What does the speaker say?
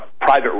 private